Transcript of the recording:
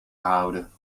gehouden